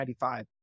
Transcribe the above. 1995